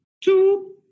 Two